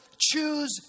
choose